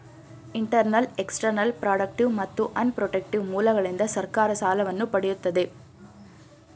internal, external, productive ಮತ್ತು unprotective ಮೂಲಗಳಿಂದ ಸರ್ಕಾರ ಸಾಲವನ್ನು ಪಡೆಯುತ್ತದೆ